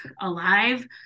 alive